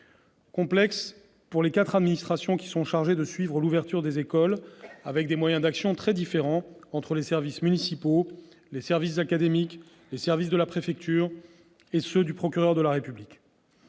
complexe pour les quatre administrations qui sont chargées de suivre l'ouverture des écoles avec des moyens d'action très différents entre les services municipaux, les services académiques, les services de la préfecture et ceux du procureur de la République